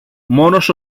μόνος